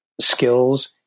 skills